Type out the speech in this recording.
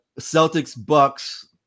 Celtics-Bucks